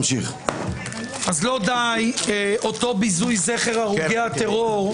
אז לא די ביזוי זכר הרוגי הטרור,